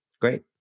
Great